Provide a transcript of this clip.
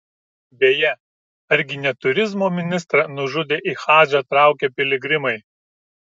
beje argi ne turizmo ministrą nužudė į hadžą traukę piligrimai